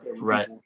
right